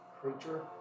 creature